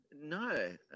No